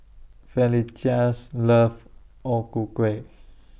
Felicitas loves O Ku Kueh